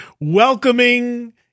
Welcoming